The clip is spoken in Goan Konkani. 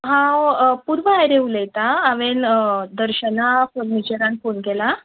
हांव पुर्वा हेडे उलयतां हांवें दर्शना फर्निचराक फोन केला